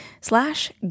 slash